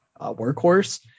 workhorse